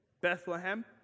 Bethlehem